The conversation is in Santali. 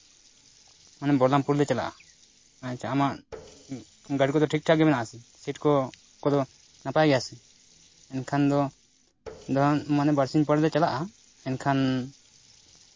ᱢᱟᱱᱮ ᱵᱚᱞᱞᱟᱢᱯᱩᱨ ᱞᱮ ᱪᱟᱞᱟᱜᱼᱟ ᱟᱪᱪᱷᱟ ᱟᱢᱟᱜ ᱜᱟᱹᱰᱤ ᱠᱚᱫᱚ ᱴᱷᱤᱠᱼᱴᱷᱟᱠ ᱜᱮ ᱢᱮᱱᱟᱜᱼᱟ ᱥᱮ ᱥᱤᱴ ᱠᱚ ᱠᱚᱫᱚ ᱱᱟᱯᱟᱭ ᱜᱮᱭᱟ ᱥᱮ ᱮᱱᱠᱷᱟᱱ ᱫᱟᱲᱟᱱ ᱢᱟᱱᱮ ᱵᱟᱨᱥᱤᱧ ᱯᱚᱨ ᱞᱮ ᱪᱟᱞᱟᱜᱼᱟ ᱮᱱᱠᱷᱟᱱ